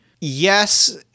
yes